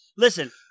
Listen